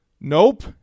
Nope